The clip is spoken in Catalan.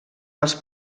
dels